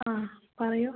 പറയു